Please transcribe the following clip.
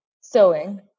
sewing